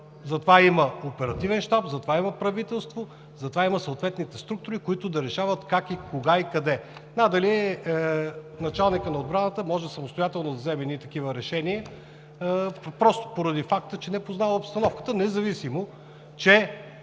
затова има правителство, затова има съответните структури, които да решават как, кога и къде. Надали началникът на отбраната може самостоятелно да вземе едни такива решения, поради факта че не познава обстановката, независимо че